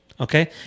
Okay